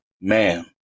man